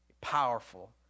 Powerful